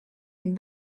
une